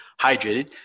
hydrated